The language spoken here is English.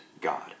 God